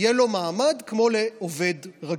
יהיה לו מעמד כמו של עובד רגיל.